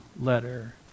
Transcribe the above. letter